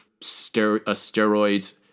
steroids